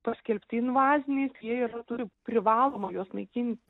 paskelbti invaziniais jie yra turi privaloma juos naikin